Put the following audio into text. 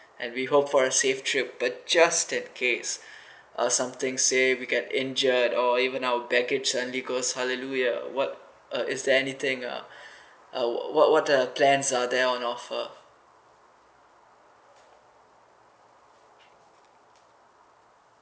and we hope for a safe trip but just in case uh something say we get injured or even our baggage and it goes hallelujah what uh is there anything uh uh what~ what are plans are there on offer